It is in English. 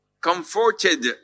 comforted